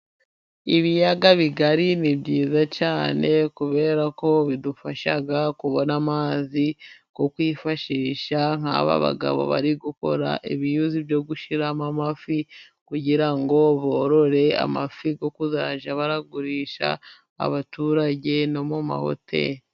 Ibiyaga bigari ni byiza cyane kubera ko bidufasha kubona amazi yo kwifashisha, nk'aba bagabo bari gukora ibyuzi byo gushyiramo amafi, kugira ngo borore amafi yo kujya bagurisha abaturage no muri za hoteli.